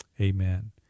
Amen